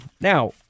Now